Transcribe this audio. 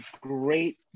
great